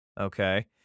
Okay